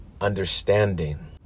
understanding